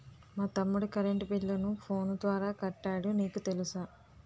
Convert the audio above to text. మా తమ్ముడు కరెంటు బిల్లును ఫోను ద్వారా కట్టాడు నీకు తెలుసా